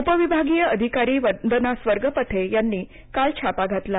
उपविभगीय अधिकारी वंदना स्वर्गपथे यानी काल छापा घातला